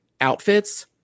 outfits